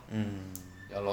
mm